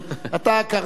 אתה קראת,